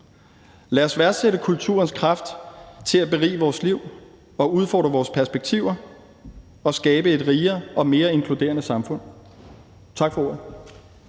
Lad os værdsætte kulturens kraft til at berige vores liv, udfordre vores perspektiver og skabe et rigere og mere inkluderende samfund. Tak for ordet.